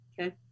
Okay